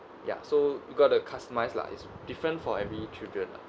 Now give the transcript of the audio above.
ya so you got to customize lah it's different for every children lah